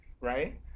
right